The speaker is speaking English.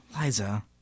Liza